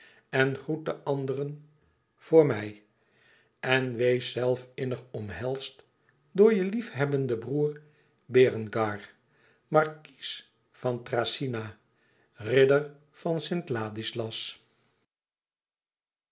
en groet de anderen voor mij en wees zelf innig omhelsd door je liefhebbenden broêr berengar markies van thracyna ridder van st ladislas